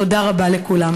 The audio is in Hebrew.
תודה רבה לכולם.